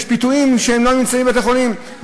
יש פיתויים שאינם נמצאים בבתי-חולים.